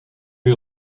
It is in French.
les